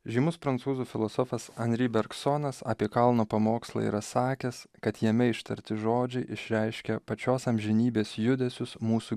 žymus prancūzų filosofas anri bergsonas apie kalno pamokslą yra sakęs kad jame ištarti žodžiai išreiškia pačios amžinybės judesius mūsų